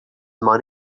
money